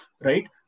right